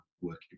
working